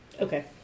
Okay